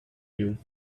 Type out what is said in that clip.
you